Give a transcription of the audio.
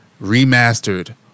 remastered